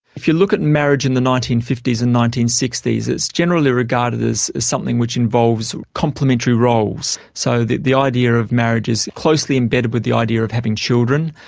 if you look at marriage in the nineteen fifty s and nineteen sixty s, it's generally regarded as something which involves complementary roles. so the the idea of marriage is closely embedded with the idea of having children,